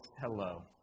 hello